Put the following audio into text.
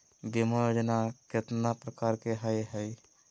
बीमा योजना केतना प्रकार के हई हई?